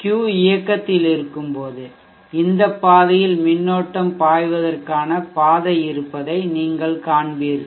Q இயக்கத்தில் இருக்கும்போது இந்த பாதையில் மின்னோட்டம் பாய்வதற்கான பாதை இருப்பதை நீங்கள் காண்பீர்கள்